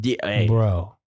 bro